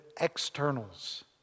externals